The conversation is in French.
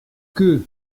que